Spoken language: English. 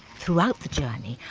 throughout the journey,